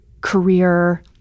career